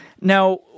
Now